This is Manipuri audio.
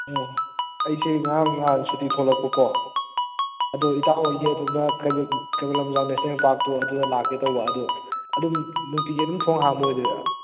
ꯑꯣ ꯑꯩꯁꯦ ꯉꯔꯥꯡ ꯅꯍꯥꯟ ꯁꯨꯇꯤ ꯊꯣꯛꯂꯛꯄꯀꯣ ꯑꯗꯣ ꯏꯇꯥꯎ ꯍꯣꯏꯒ ꯑꯗꯨꯗ ꯀꯩꯕꯨꯜ ꯂꯝꯖꯥꯎ ꯅꯦꯁꯅꯦꯜ ꯄꯥꯔꯛꯇꯨ ꯑꯗꯨꯗ ꯂꯥꯛꯀꯦ ꯇꯧꯕ ꯑꯗꯨ ꯑꯗꯨꯝ ꯅꯨꯡꯇꯤꯒꯤ ꯑꯗꯨꯝ ꯊꯣꯡ ꯍꯥꯡꯕ ꯑꯣꯏꯗꯣꯏꯔ